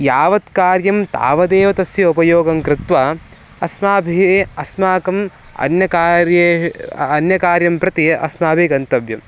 यावत् कार्यं तावदेव तस्य उपयोगं कृत्वा अस्माभिरेव अस्माकम् अन्यकार्ये अन्यकार्यं प्रति अस्माभिः गन्तव्यम्